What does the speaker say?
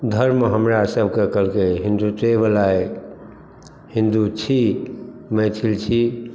धर्म हमरा सबके कहलकै हिन्दुत्वेवला अइ हिन्दू छी मैथिल छी